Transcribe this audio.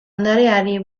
ondareari